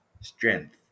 strength